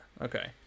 Okay